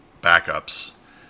backups